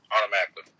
automatically